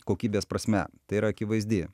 kokybės prasme tai yra akivaizdi